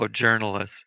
journalists